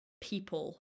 people